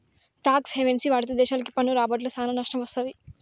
talks హెవెన్ని వాడితే దేశాలకి పన్ను రాబడ్ల సానా నట్టం వత్తది